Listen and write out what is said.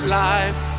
life